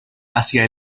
hacia